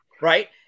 Right